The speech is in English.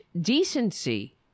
decency